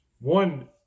one